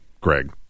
Greg